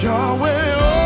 Yahweh